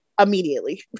immediately